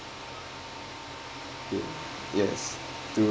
K yes to